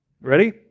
Ready